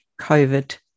COVID